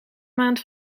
maand